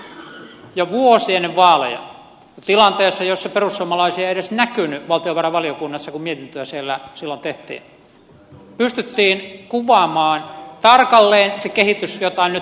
jo vuosi ennen vaaleja tilanteessa jossa perussuomalaisia ei edes näkynyt valtiovarainvaliokunnassa kun mietintöä siellä silloin tehtiin pystyttiin kuvaamaan tarkalleen se kehitys jota on nyt noudatettu